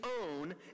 own